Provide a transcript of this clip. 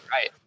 right